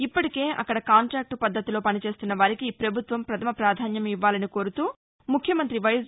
ఇప్పటికే అక్కడ కాంట్రాక్టు పద్దతిలో పని చేస్తున్న వారికి పభుత్వం పధమ పాధాన్యం ఇవ్వాలని కోరుతూ ముఖ్యమంతి వైఎస్